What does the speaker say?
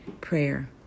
Prayer